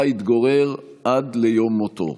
שבה התגורר עד ליום מותו.